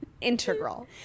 Integral